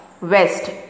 west